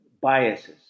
biases